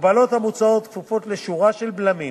ההגבלות המוצעות כפופות לשורה של בלמים